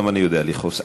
גם אני יודע לכעוס.